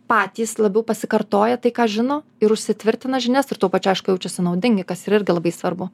patys labiau pasikartoja tai ką žino ir užsitvirtina žinias ir tuo pačiu aišku jaučiasi naudingi kas yra irgi labai svarbu